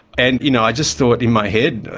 and you know i just thought in my head,